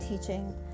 teaching